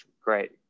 great